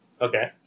Okay